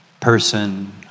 person